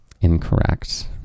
Incorrect